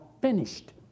finished